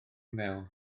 mewn